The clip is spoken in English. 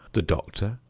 the doctor,